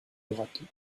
orateurs